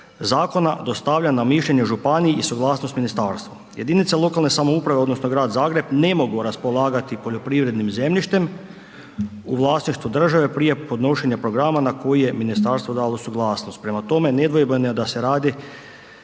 zakona dostavlja na mišljenje županiji i suglasnost ministarstvu. Jedinice lokalne samouprave odnosno grad Zagreb ne mogu raspolagati poljoprivrednim zemljištem u vlasništvu države prije podnošenja programa na koji je ministarstvo dalo suglasnost. Prema tome, nedvojbeno je da se radi